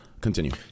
Continue